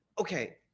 Okay